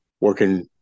working